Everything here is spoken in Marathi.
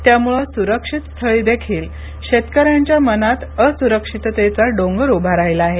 त्यामुळे सुरक्षित स्थळीदेखील शेतकऱ्यांच्या मनात अस्रक्षिततेचा डोंगर उभा राहिला आहे